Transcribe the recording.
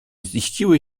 ziściły